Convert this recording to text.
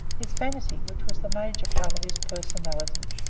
his vanity, which was the major part of his personality,